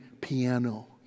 piano